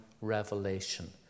revelation